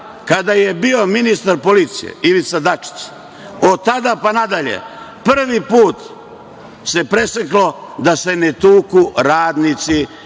kada je bio ministar policije Ivica Dačić, od tada pa nadalje prvi put se preseklo da se ne tuku radnici